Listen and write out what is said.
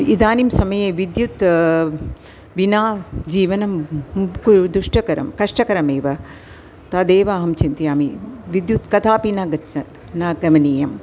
इदानीं समये विद्युत् स् विना जीवनं दुष्टकरं कष्टकरमेव तदेव अहं चिन्तयामि विद्युत् कदापि न गच्छेत् न गमनीयम्